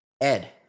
Ed